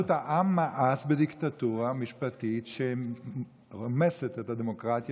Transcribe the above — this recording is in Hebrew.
פשוט העם מאס בדיקטטורה משפטית שרומסת את הדמוקרטיה